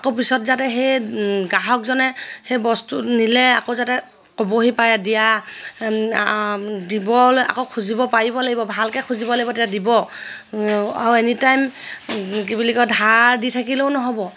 আকৌ পিছত যাতে সেই গ্ৰাহকজনে সেই বস্তু নিলে আকৌ যাতে ক'বহি পায় দিয়া দিবলৈ আকৌ খুজিব পাৰিব লাগিব ভালকে খুজিব লাগিব তেতিয়া দিব আৰু এনিটাইম কি বুলি কয় ধাৰ দি থাকিলেও নহ'ব